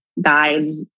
guides